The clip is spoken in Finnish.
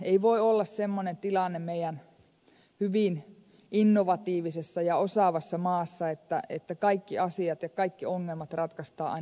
ei voi olla semmoinen tilanne meidän hyvin innovatiivisessa ja osaavassa maassamme että kaikki asiat ja kaikki ongelmat ratkaistaan aina lääkkeillä